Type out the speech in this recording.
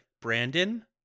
Brandon